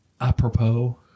apropos